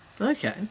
Okay